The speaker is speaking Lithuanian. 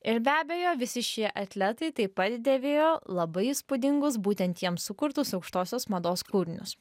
ir be abejo visi šie atletai taip pat dėvėjo labai įspūdingus būtent jiems sukurtus aukštosios mados kūrinius